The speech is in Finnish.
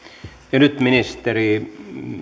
ja nyt ministeri